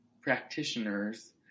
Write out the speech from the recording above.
practitioners